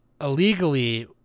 illegally